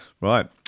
Right